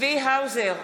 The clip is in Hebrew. צבי האוזר,